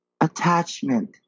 attachment